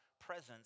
presence